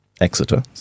Exeter